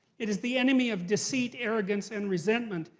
it is the enemy of deceit, arrogance, and resentment.